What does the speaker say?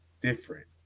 different